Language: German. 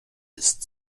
ist